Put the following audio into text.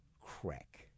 crack